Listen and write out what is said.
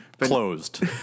Closed